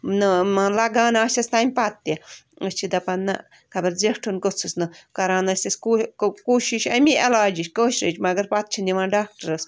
نَہ مان لگان آسیٚس تَمہِ پتہٕ تہِ أسۍ چھِ دَپان نَہ خَبر زیٹھُن گوٚژھس نہٕ کَران ٲسۍ أسۍ کوٗشش اَمے علاجٕچ کٲشرِچ مگر پتہٕ چھِ نِوان ڈاکٹرس